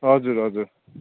हजुर हजुर